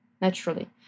naturally